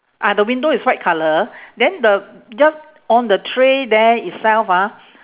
ah the window is white colour then the jus~ on the tray there itself ah